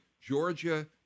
Georgia